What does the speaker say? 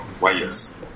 wires